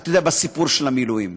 אתה יודע, בסיפור של המילואים,